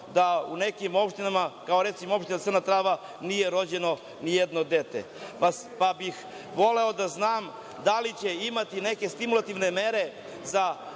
da u nekim opštinama, kao recimo, opština Crna Trava, nije rođeno nijedno dete. Pa, bih voleo da znam da li će imati neke stimulativne mere za